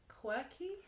quirky